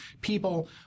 people